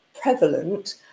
prevalent